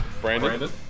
Brandon